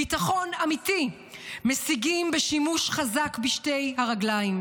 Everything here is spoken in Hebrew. ביטחון אמיתי משיגים בשימוש חזק בשתי הרגליים.